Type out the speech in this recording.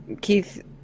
Keith